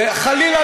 וחלילה,